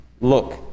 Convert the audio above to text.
Look